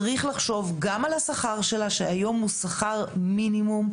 צריך לחשוב גם על השכר שלה שהיום הוא שכר מינימום,